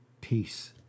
Peace